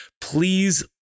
please